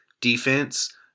defense